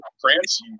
france